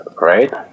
right